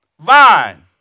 vine